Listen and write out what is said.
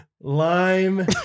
Lime